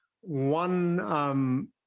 one